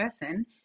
person